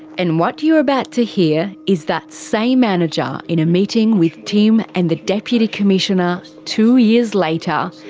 and what you're about to hear is that same manager in a meeting with tim and the deputy commissioner two years later,